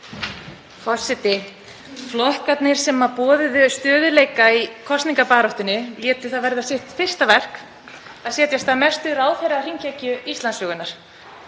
Forseti. Flokkarnir sem boðuðu stöðugleika í kosningabaráttunni létu það verða sitt fyrsta verk að setja af stað mestu ráðherrahringekju Íslandssögunnar,